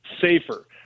safer